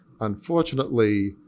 unfortunately